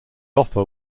offer